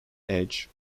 edge